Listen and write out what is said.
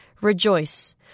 rejoice